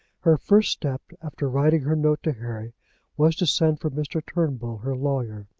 her first step after writing her note to harry was to send for mr. turnbull, her lawyer.